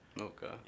Okay